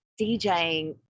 DJing